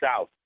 south